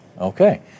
Okay